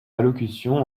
allocution